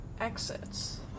exits